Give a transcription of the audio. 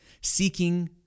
seeking